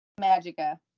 Magica